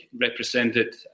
represented